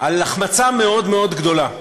על החמצה מאוד מאוד גדולה.